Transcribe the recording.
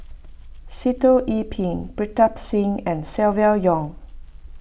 Sitoh Yih Pin Pritam Singh and Silvia Yong